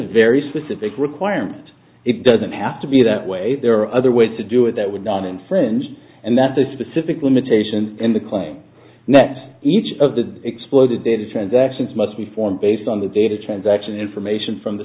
very specific requirement it doesn't have to be that way there are other ways to do it that would not infringed and that's the specific limitation in the claim that each of the exploded that is transactions must be formed based on the data transaction information from the